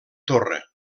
torre